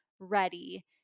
ready